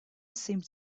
seemed